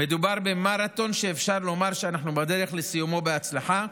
מדובר במרתון שאפשר לומר שאנחנו בדרך לסיומו בהצלחה,